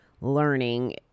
learning